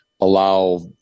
allow